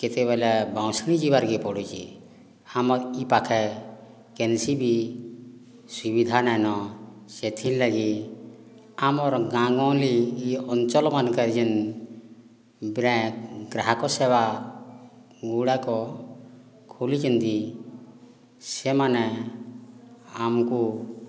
କେତେବେଳେ ବାଉଁଶୁଣୀ ଯିବାକୁ ପଡ଼ୁଛି ଆମର ଏହି ପାଖେ କୌଣସି ବି ସୁବିଧା ନାହିଁ ସେଥିଲାଗି ଆମର ଗାଁଗହଳି ଏହି ଅଞ୍ଚଳ ମାନଙ୍କରେ ଯେଉଁ ଗ୍ରାହକ ସେବାଗୁଡ଼ାକ ଖୋଲିଛନ୍ତି ସେମାନେ ଆମକୁ